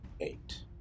eight